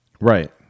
Right